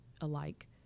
alike